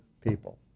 people